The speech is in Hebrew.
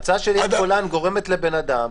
ההצעה של יאיר גולן גורמת לבן אדם